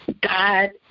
God